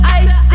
ice